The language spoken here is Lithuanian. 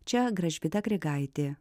čia gražvyda grigaitė